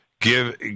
give